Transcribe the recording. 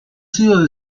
sido